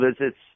visits